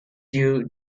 due